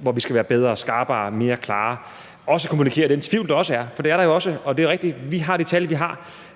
hvor vi skal være bedre, skarpere og mere klare, også i forhold til at kommunikere den tvivl, der også er, for den er der jo også. Og det er rigtigt, at vi har de tal, vi har.